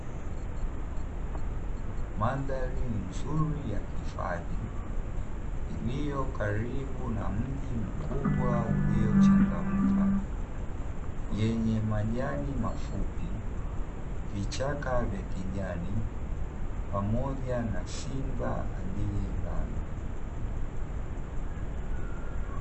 Mandhari nzuri ya hifadhi iliyo karibu na mji mkubwa uliochangamka yenye majani mafupi, vichaka vya kijani pamoja na simba aliyelala.